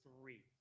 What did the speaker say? three